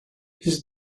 his